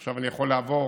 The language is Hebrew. עכשיו אני יכול לעבור,